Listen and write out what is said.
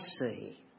see